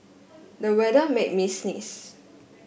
the weather made me sneeze